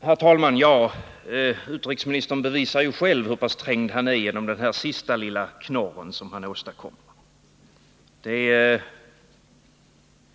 Herr talman! Utrikesministern bevisar ju själv hur pass trängd han är genom den sista lilla knorren som han åstadkom.